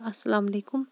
اَسَلامُ علیکُم